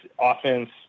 offense